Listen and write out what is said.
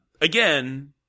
again